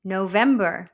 November